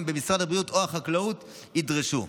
במשרד הבריאות או במשרד החקלאות ידרשו.